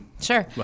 Sure